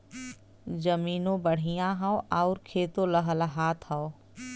जमीनों बढ़िया हौ आउर खेतो लहलहात हौ